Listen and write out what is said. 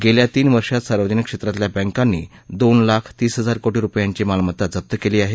गल्खि तीन वर्षात सार्वजनिक क्षप्रितल्या बँकांनी दोन लाख तीस हजार कोटी रुपयांची मालमत्ता जप्त क्ली आह